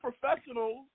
professionals